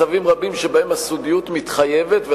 מצבים רבים שבהם הסודיות מתחייבת,